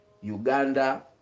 Uganda